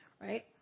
right